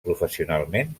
professionalment